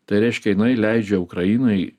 tai reiškia jinai leidžia ukrainai